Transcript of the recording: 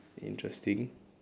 interesting